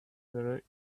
were